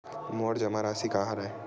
मोर जमा राशि का हरय?